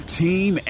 team